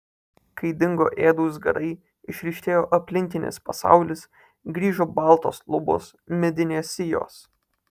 kai dingo ėdūs garai išryškėjo aplinkinis pasaulis grįžo baltos lubos medinės sijos